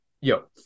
yo